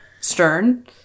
stern